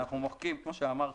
כמו שאמרתי,